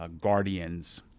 guardians